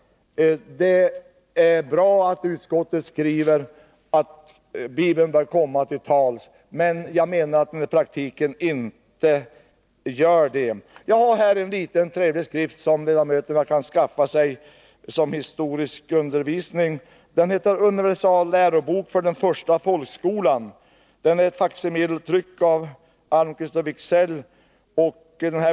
Det är bra att utskottet skriver att Bibeln bör komma till tals, men jag menar att den i praktiken inte gör det. Jag har här en liten trevlig skrift, som ledamöterna kan skaffa sig som historieundervisning. Den heter Universallärobok för den första folkskolan. Den är ett faksimil, tryckt av Almqvist & Wiksell.